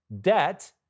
debt